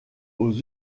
aux